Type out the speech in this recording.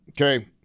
okay